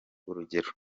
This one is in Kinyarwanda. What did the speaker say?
urugero